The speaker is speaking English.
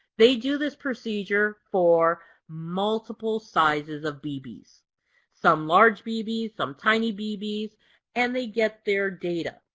they do this procedure for multiple sizes of bb's. some large bb's, some tiny bb's. and they get their data.